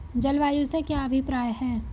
जलवायु से क्या अभिप्राय है?